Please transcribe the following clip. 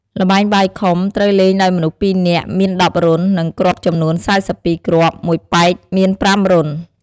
ល្បែងបាយខុំ ត្រូវលេងដោយមនុស្សពីរនាក់មាន១០រន្ធ និងគ្រាប់ចំនួន៤២គ្រាប់ មួយប៉ែកមាន៥រន្ធ។